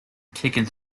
kicking